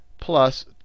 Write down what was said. plus